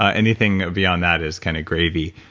ah anything beyond that is kind of gravy,